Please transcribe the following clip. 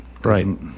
Right